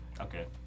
Okay